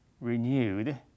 renewed